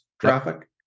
traffic